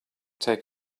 take